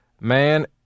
man